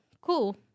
cool